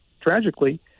tragically